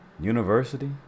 university